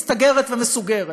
מסתגרת ומסוגרת.